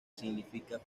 significa